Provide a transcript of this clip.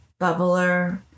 bubbler